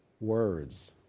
Words